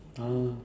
ah